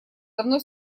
давно